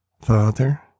Father